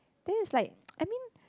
then is like I mean